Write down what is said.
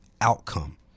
outcome